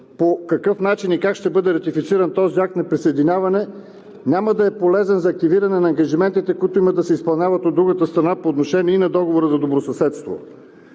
по какъв начин и как ще бъде ратифициран този акт на присъединяване, няма да е полезен за активиране на ангажиментите, които има да се изпълняват от другата страна по отношение и на договора за добросъседство.